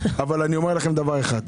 אבל אני אומר לכם דבר אחד,